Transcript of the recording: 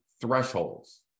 thresholds